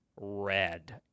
red